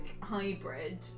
hybrid